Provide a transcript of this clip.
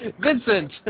Vincent